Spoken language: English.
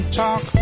talk